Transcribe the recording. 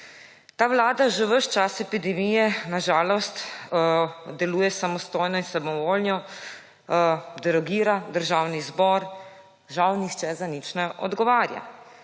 Ta vlada že ves čas epidemije na žalost deluje samostojno in samovoljno, derogira Državni zbor, žal nihče za nič ne odgovarja.